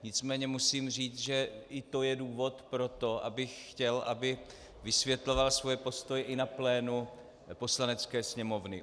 Nicméně musím říct, že i to je důvod pro to, abych chtěl, aby vysvětloval svoje postoje i na plénu Poslanecké sněmovny.